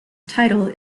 title